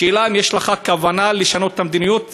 השאלה היא: האם יש לך כוונה לשנות את המדיניות,